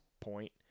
point